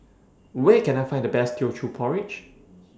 Where Can I Find The Best Teochew Porridge